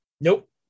nope